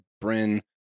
Bryn